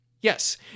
Yes